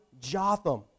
Jotham